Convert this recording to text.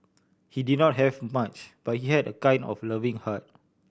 he did not have much but he had a kind and loving heart